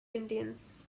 indians